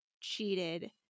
cheated